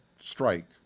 strike